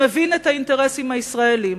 שמבין את האינטרסים הישראליים,